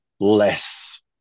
less